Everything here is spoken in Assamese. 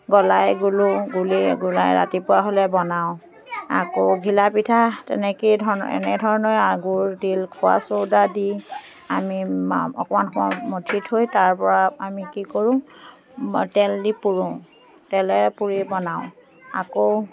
গলাই গুলোঁ গুলি গুলাই ৰাতিপুৱা হ'লে বনাওঁ আকৌ ঘিলাপিঠা তেনেকৈয়ে ধৰণ এনেধৰণেই আৰু গুৰ তিল খোৱা চ'ডা দি আমি অকণমান সময় মথি থৈ তাৰ পৰা আমি কি কৰোঁ তেল দি পুৰোঁ তেলেৰে পুৰি বনাওঁ আকৌ